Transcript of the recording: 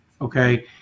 okay